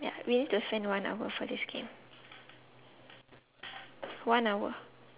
ya means to spend one hour for this game one hour